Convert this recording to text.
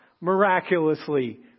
miraculously